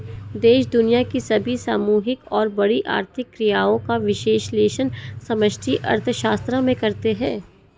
देश दुनिया की सभी सामूहिक और बड़ी आर्थिक क्रियाओं का विश्लेषण समष्टि अर्थशास्त्र में करते हैं